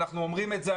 אנחנו אומרים את זה,